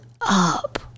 up